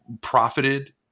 profited